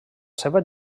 seva